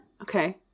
Okay